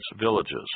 villages